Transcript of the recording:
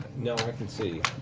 no, i can see.